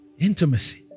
Intimacy